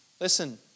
Listen